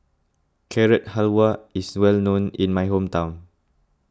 Carrot Halwa is well known in my hometown